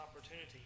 Opportunity